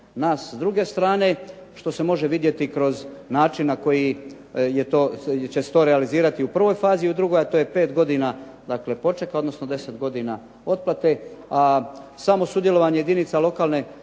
s druge strane što se može vidjeti kroz način na koji će se to realizirati u prvoj fazi i u drugoj, a to je pet godina dakle, počeka, odnosno 10 godina otplate a samo sudjelovanje jedinica lokalne